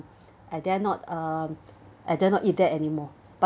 I dare not um I dare not eat there anymore but